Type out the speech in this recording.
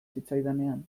zitzaidanean